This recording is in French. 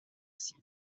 six